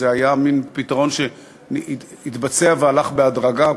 זה היה מין פתרון שהתבצע והלך בהדרגה,